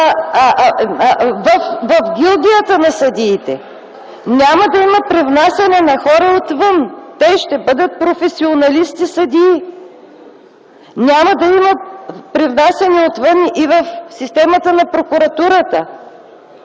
в гилдията на съдиите, няма да има привнасяне хора отвън, те ще бъдат професионалисти съдии!? Няма да има привнасяне отвън и в системата на прокуратурата.